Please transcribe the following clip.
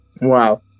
Wow